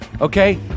okay